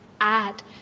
add